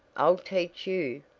i'll teach you!